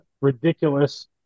ridiculous